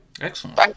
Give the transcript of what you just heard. Excellent